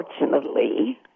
Unfortunately